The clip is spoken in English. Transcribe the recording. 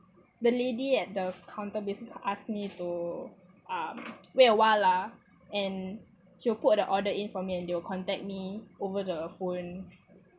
the lady at the counter basically asked me to wait um awhile lah and she'll put the order in for me and they will contact me over the phone